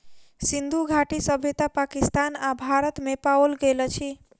सिंधु घाटी सभ्यता पाकिस्तान आ भारत में पाओल गेल अछि